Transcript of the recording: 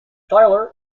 tyler